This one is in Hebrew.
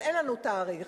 אבל אין לנו תאריך.